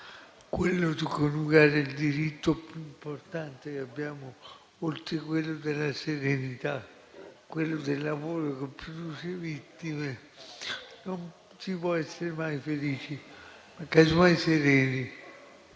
quello di coniugare il diritto più importante che abbiamo oltre a quello alla serenità, quello al lavoro, che però produce vittime, non si può essere mai felici, casomai sereni.